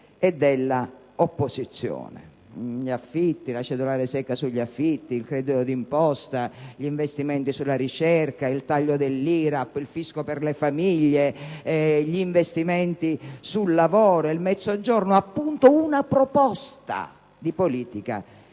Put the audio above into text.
(*Segue* FINOCCHIARO*)*. La cedolare secca sugli affitti, il credito d'imposta, gli investimenti sulla ricerca, il taglio dell'IRAP, il fisco per le famiglie, gli investimenti sul lavoro, il Mezzogiorno: appunto, una proposta di politica